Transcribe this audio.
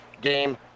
game